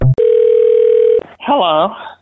Hello